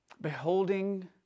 Beholding